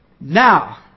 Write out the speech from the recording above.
Now